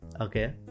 Okay